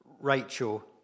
Rachel